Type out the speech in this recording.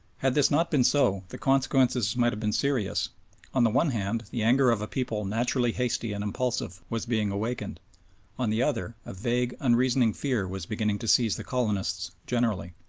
had this not been so the consequences might have been serious on the one hand, the anger of a people naturally hasty and impulsive, was being awakened on the other, a vague, unreasoning fear was beginning to seize the colonists generally.